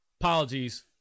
apologies